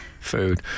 food